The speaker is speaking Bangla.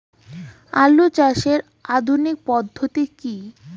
আলু চাষের আধুনিক পদ্ধতি কি?